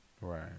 Right